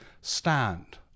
stand